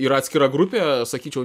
yra atskira grupė sakyčiau